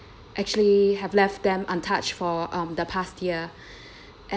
actually have left them untouched for um the past year and